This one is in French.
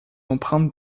empreintes